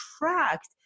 attract